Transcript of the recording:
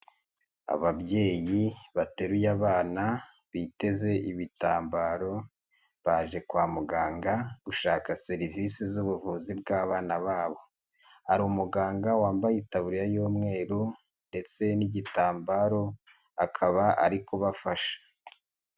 Ababyeyi bateruye abana biteze ibitambaro, baje kwa muganga gushaka serivisi z'ubuvuzi bw'abana babo. Hari umuganga wambaye itaburiya y'umweru ndetse n'igitambaro akaba ari kubafasha.